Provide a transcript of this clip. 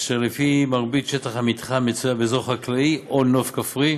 אשר לפיה מרבית שטח המתחם היא באזור חקלאי או נוף כפרי.